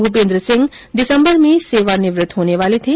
भूपेन्द्र सिंह दिसम्बर में सेवानिवृत होने वाले थे